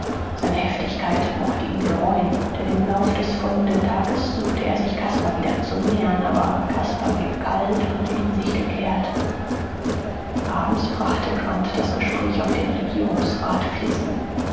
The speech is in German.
seine heftigkeit mochte ihn gereuen denn im lauf des folgenden tages suchte er sich caspar wieder zu nähern aber caspar blieb kalt und in sich gekehrt abends brachte quandt das gespräch auf den regierungsrat